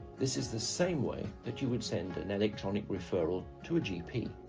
this is the same way that you would send an electronic referral to a gp.